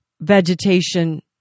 vegetation